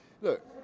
Look